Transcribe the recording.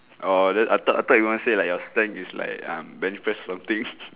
oh then I thought I thought you want to say like your strength is like um benefit something